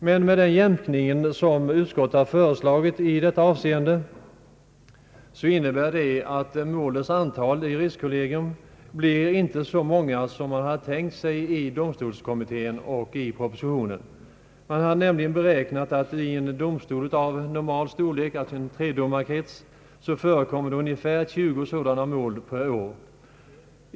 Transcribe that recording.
Men den jämkning som utskottet har föreslagit i detta avseende innebär att målen i juristkollegium inte blir så många som man har tänkt sig inom domkretskommittén och i propositionen. Man har nämligen beräknat att vid en domstol av normal storlek alltså en tredomarkrets — förekommer ungefär 20 sådana mål per år.